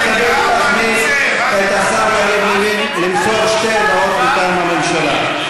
אני מתכבד להזמין את השר יריב לוין למסור שתי הודעות מטעם הממשלה.